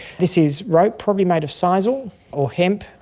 this is rope, probably made of sisal or hemp.